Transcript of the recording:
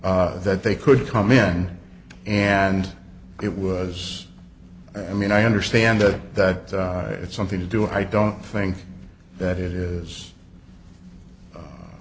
d that they could come in and it was i mean i understand that it's something to do i don't think that it is